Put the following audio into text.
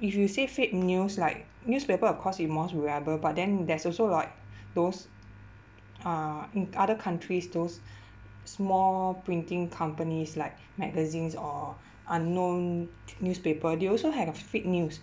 if you say fake news like newspaper of course is more reliable but then there's also like those uh in other countries those small printing companies like magazines or unknown newspaper they also had a fake news